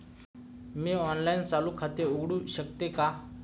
मी online चालू खाते उघडू शकते का?